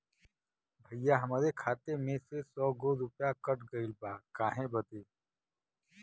भईया हमरे खाता में से सौ गो रूपया कट गईल बा काहे बदे?